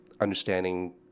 understanding